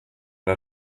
der